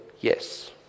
yes